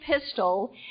Pistol